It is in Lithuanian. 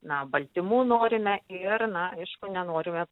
na baltymų norime ir na aišku nenorime